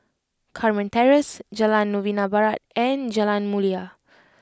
Carmen Terrace Jalan Novena Barat and Jalan Mulia